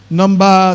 number